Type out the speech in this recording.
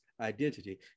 identity